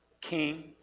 king